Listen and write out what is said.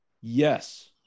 Yes